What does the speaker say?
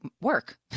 work